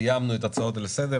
סיימנו את ההצעות לסדר,